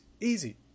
Easy